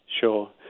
sure